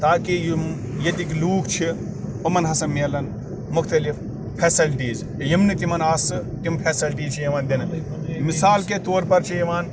تاکہِ یِم ییٚتِکۍ لوٗکھ چھِ یِمَن ہسا میلَن مختلف فیسَلٹیٖز یِم نہٕ تِمَن آسہٕ یِم فیسَلٹیٖز چھِ یِوان دِنہٕ مِثال کے طور پر چھِ یِوان